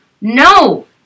No